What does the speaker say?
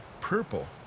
purple